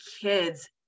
kids